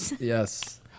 yes